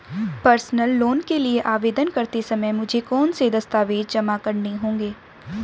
Personal loan के लिए आवेदन करते समय मुझे कौन से दस्तावेज़ जमा करने होंगे?